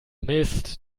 mist